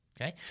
Okay